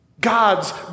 God's